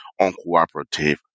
uncooperative